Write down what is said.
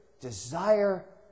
desire